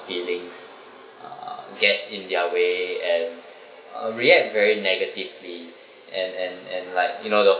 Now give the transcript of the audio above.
feelings uh get in their way and uh react very negatively and and and like you know the